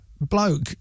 bloke